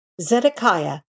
Zedekiah